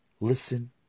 Listen